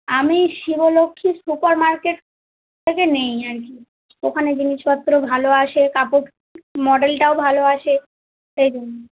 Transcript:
আমি Shivalakshmi supermarket থেকে নিই আর কি ওখানে জিনিসপত্র ভালো আসে কাপড় মডেলটাও ভালো আসে সেই জন্য